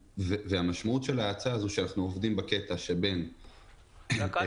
המשמעות של ההאצה היא שאנחנו עובדים בקטע שבין -- רק שלא